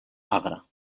agra